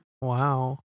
Wow